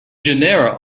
genera